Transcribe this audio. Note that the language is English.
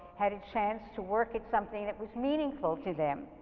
had a chance to work at something that was meaningful to them.